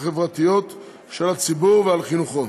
החברתיות של הציבור ועל חינוכו.